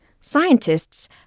scientists